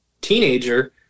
teenager